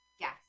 Yes